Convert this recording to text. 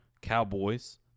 Cowboys